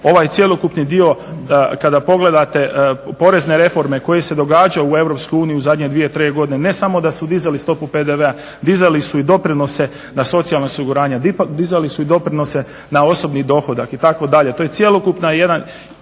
ovaj cjelokupni dio kada pogledate porezne reforme koje se događaju u Europskoj uniji u zadnje dvije tri godine, ne samo da su dizali stopu PDV-a, dizali su i doprinose na socijalna osiguranja, dizali su i doprinose na osobni dohodak itd. To je cjelokupna jedna,